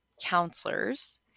counselors